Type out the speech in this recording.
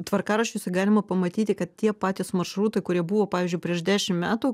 tvarkaraščiuose galima pamatyti kad tie patys maršrutai kurie buvo pavyzdžiui prieš dešim metų